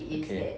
okay